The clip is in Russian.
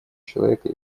человека